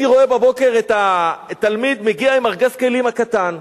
את התלמיד מגיע עם ארגז הכלים הקטן,